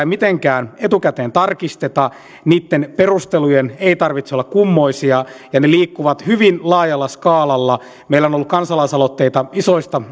mitenkään etukäteen tarkisteta niitten perustelujen ei tarvitse olla kummoisia ja ne liikkuvat hyvin laajalla skaalalla meillä on ollut kansalaisaloitteita isoista